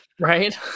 Right